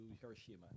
Hiroshima